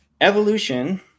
evolution